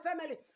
family